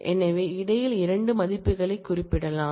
எனவே இடையில் 2 மதிப்புகளைக் குறிப்பிடலாம்